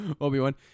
Obi-Wan